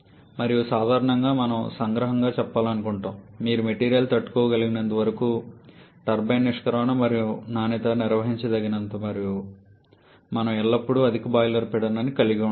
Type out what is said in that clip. మరియు సాధారణంగా మనము సంగ్రహంగా చెప్పాలనుకుంటున్నాము మీ మెటీరియల్ తట్టుకోగలిగినంత వరకు మరియు టర్బైన్ నిష్క్రమణ నాణ్యత నిర్వహించదగినంత వరకు మనము ఎల్లప్పుడూ అధిక బాయిలర్ పీడనం ని కలిగి ఉండాలనుకుంటున్నాము